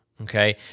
okay